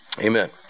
Amen